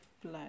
flow